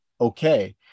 okay